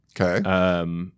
Okay